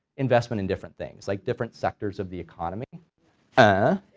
investment in different things like different sectors of the economy ah,